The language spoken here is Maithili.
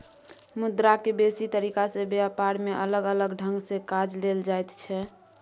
मुद्रा के बेसी तरीका से ब्यापार में अलग अलग ढंग से काज लेल जाइत छै